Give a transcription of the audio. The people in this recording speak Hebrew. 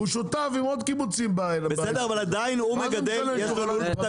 עם זאת אני שומר על זכותי להגיד את זה0 הרעיון בשיקול הזה היה